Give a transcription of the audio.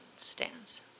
stands